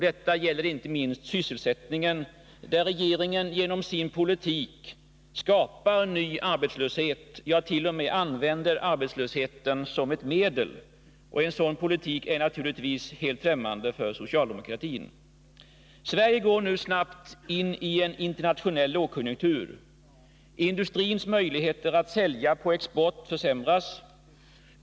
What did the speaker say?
Detta gäller inte minst sysselsättningen, där regeringen genom sin politik skapar ny arbetslöshet, ja t.o.m. använder arbetslösheten som ett medel. En sådan politik är naturligtvis helt ffrämmande för socialdemokratin. Sverige går nu snabbt in i en internationell lågkonjunktur. Industrins möjligheter att sälja på export försämras.